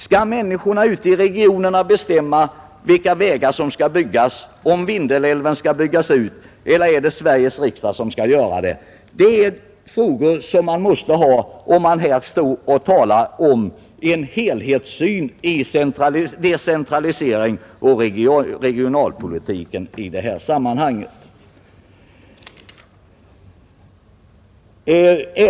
Skall människorna ute i regionerna bestämma vilka vägar som skall byggas ut och om Vindelälven skall byggas ut, eller är det Sveriges riksdag som skall göra det? Det är frågor som måste besvaras, om man här skall kunna tala om en helhetssyn när det gäller decentralisering och regionalpolitik i detta sammanhang.